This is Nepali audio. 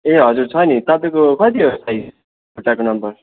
ए हजुर छ नि तपाईँको कति हो साइज खुट्टाको नम्बर